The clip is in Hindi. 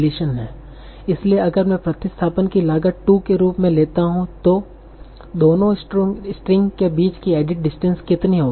इसलिए अगर मैं प्रतिस्थापन कि लागत 2 के रूप में लेता हूं तो दोनों स्ट्रिंग के बीच की एडिट डिस्टेंस कितनी होगी